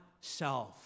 self